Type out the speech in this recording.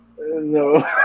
No